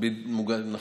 נכון.